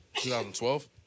2012